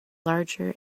larger